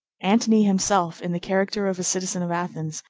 antony himself, in the character of a citizen of athens,